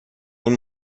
اون